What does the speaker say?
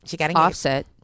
Offset